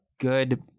Good